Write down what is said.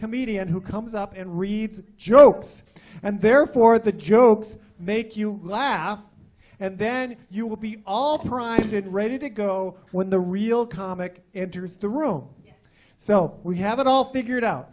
comedian who comes up and reads jokes and therefore the jokes make you laugh and then you will be all primed and ready to go when the real comic interest the room so we have it all figured out